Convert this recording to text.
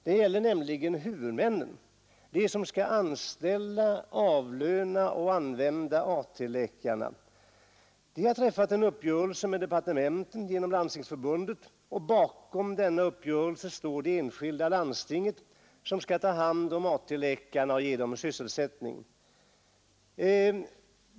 Det gäller huvudmännen, de som skall anställa, avlöna och använda AT-läkarna. De har träffat en uppgörelse med departementet genom Landstingsförbundet, och bakom denna uppgörelse står de enskilda landstingen som skall ta hand om AT-läkarna och ge dem sysselsättning.